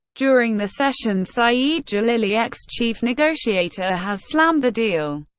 during the session, saeed jalili, ex-chief negotiator has slammed the deal,